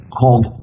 called